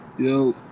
Yo